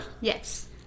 Yes